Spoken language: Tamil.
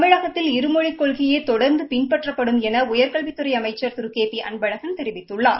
தமிழகத்தில் இருமொழிக் கொள்கையே தொடர்ந்து பின்பற்றப்படும் என உயர்கல்வித் துறை அமைச்சர் திரு கே பி அன்பழகன் தெரிவித்துள்ளார்